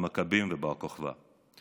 המכבים ובר כוכבא.